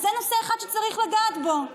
אז זה נושא אחד שצריך לגעת בו.